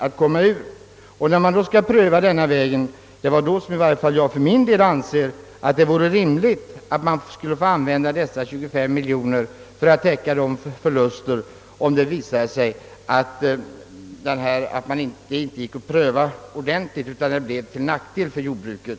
När man alltså skall pröva den i en alldeles speciell situation, anser i varje fall jag för min del att det vore rimligt att man skulle få använda dessa 25 miljoner kronor för att täcka förlusterna, om det visar sig att realisationen blir till nackdel för jordbruket.